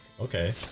Okay